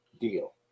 deal